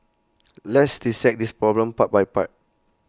let's dissect this problem part by part